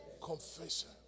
Confession